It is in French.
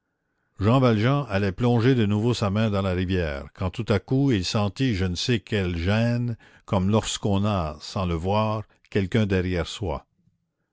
jean valjean allait plonger de nouveau sa main dans la rivière quand tout à coup il sentit je ne sais quelle gêne comme lorsqu'on a sans le voir quelqu'un derrière soi